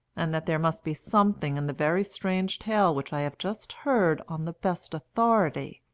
and that there must be something in the very strange tale which i have just heard on the best authority.